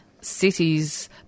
cities